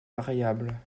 variables